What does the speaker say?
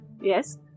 Yes